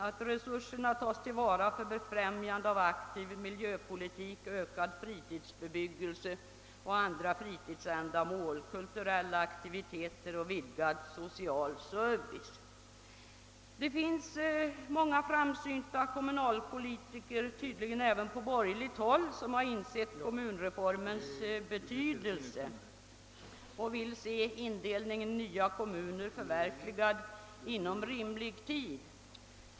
Att resurserna tas till vara för befrämjande av aktiv miljöpolitik, ökad fritidsbebyggelse och andra fritidsändamål, kulturella aktiviteter och vidgad social service är av betydelse. Det finns många framsynta kommunalpolitiker, tydligen även på borgerligt håll, som har insett kommunreformens betydelse och vill se indelningen i nya kommuner förverkligad inom rimlig tid.